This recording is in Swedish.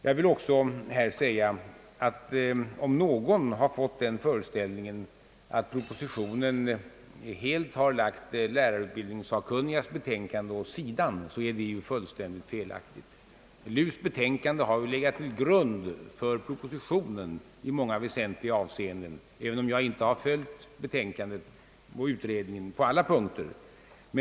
Jag vill också här säga, att om någon har fått den föreställningen att propositionen helt har lagt lärarutbildningssakkunnigas betänkande åt sidan så är detta fullständigt felaktigt. Betänkandet har legat till grund för propositionen i många väsentliga avseenden, även om jag inte har följt betänkandet och utredningen på alla punkter.